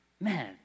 man